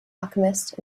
alchemist